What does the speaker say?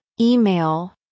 email